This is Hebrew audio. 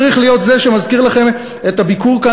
אני צריך להיות זה שמזכיר לכם, מסכת